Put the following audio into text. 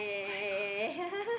[oh]-my-god